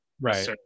right